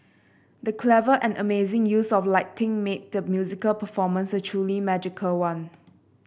the clever and amazing use of lighting made the musical performance a truly magical one